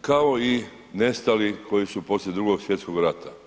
kao i nestali koji su poslije II. svjetskog rata.